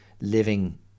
living